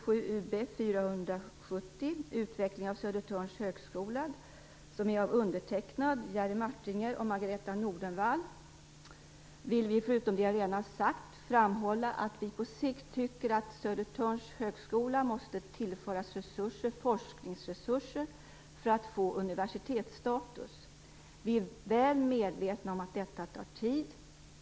Jerry Martinger och Margareta E Nordenvall, vill vi förutom det jag redan har sagt framhålla att vi på sikt tycker att Södertörns högskola måste tillföras forskningsresurser för att få universitetsstatus. Vi är väl medvetna om att detta tar tid.